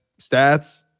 stats